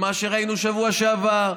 ומה שראינו שבוע שעבר,